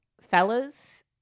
Fellas